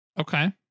Okay